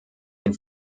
den